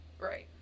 Right